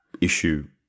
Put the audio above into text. issue